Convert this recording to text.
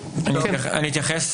אני אתייחס.